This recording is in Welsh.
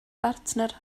bartner